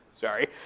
sorry